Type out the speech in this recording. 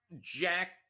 Jack